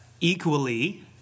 equally